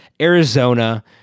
Arizona